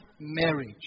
marriage